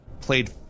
played